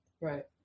Right